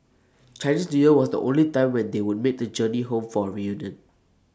Chinese New Year was the only time when they would make the journey home for A reunion